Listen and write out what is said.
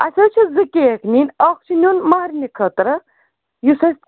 اَسہِ حظ چھِ زٕ کیک نِنۍ اَکھ چھُ نِیُن مہرنہِ خٲطرٕ یُس أسۍ